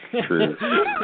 True